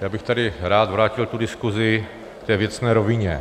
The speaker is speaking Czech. Já bych tady rád vrátil tu diskusi k té věcné rovině.